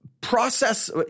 process